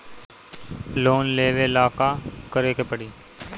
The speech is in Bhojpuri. लोन लेवे ला का करे के पड़ी?